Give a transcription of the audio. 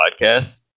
podcast